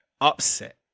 upset